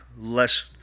less